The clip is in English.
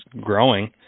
growing